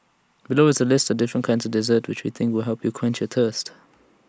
below is A list of different kinds of desserts which we think will help quench your thirst